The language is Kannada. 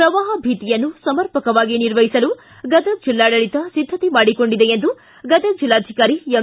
ಪ್ರವಾಹ ಭೀತಿಯನ್ನು ಸಮರ್ಪಕವಾಗಿ ನಿರ್ವಹಿಸಲು ಗದಗ ಜಿಲ್ಲಾಡಳಿತ ಸಿದ್ದತೆ ಮಾಡಿಕೊಂಡಿದೆ ಎಂದು ಗದಗ ಜಿಲ್ಲಾಧಿಕಾರಿ ಎಂ